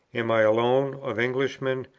am i alone, of englishmen,